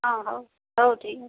ହଁ ହଉ ହଉ ଠିକ୍ ଅଛି